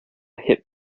hip